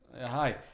hi